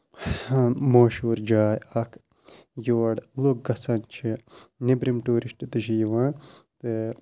ہاں مَشہوٗر جاے اکھ یور لُکھ گژھان چھِ نٮ۪برِم ٹیوٗرِسٹ تہِ چھِ یِوان تہٕ